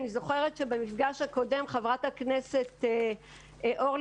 אני זוכרת שבמפגש הקודם חברת הכנסת אורלי